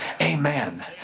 amen